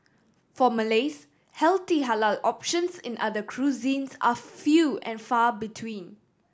for Malays healthy halal options in other cuisines are few and far between